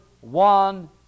one